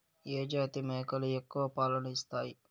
ఏ జాతి మేకలు ఎక్కువ పాలను ఇస్తాయి?